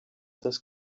this